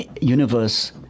universe